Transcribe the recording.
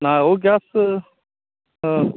नाही ओ गॅस